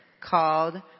called